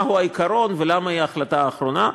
מהו העיקרון ולמה היא ההחלטה האחרונה.